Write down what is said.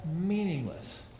meaningless